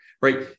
right